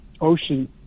ocean